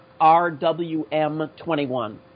RWM21